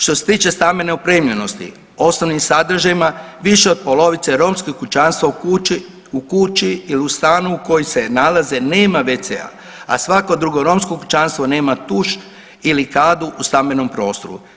Što se tiče stambene opremljenosti osnovnim sadržajima, više od polovice romskih kućanstva u kući ili u stanu u kojem se nalaze nema wc-a, a svako drugo romsko kućanstvo nema tuš ili kadu u stambenom prostoru.